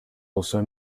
also